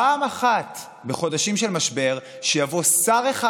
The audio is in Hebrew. פעם אחת בחודשים של משבר שיבוא שר אחד